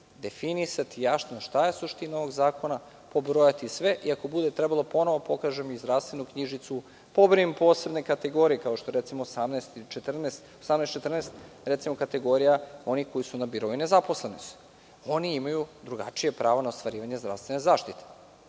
definisati jasno šta je suština ovog zakona, pobrojati sve i ako bude trebalo ponovo da pokažem i zdravstvenu knjižicu, pobrojim posebne kategorije, kao što je, recimo, 1814, kategorija onih koji su na birou i nezaposleni su. Oni imaju drugačije pravo na ostvarivanje zdravstvene zaštite.